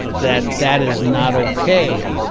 that that is not okay.